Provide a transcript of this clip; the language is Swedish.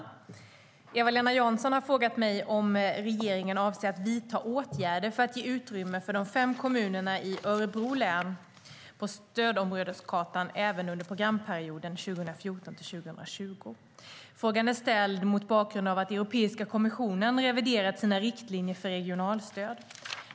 Eva-Lena Jansson har frågat mig om regeringen avser att vidta åtgärder för att ge utrymme för de fem kommunerna i Örebro län på stödområdeskartan även under programperioden 2014-2020. Frågan är ställd mot bakgrund av att Europeiska kommissionen reviderat sina riktlinjer för regionalstöd.